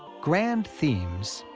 grand themes.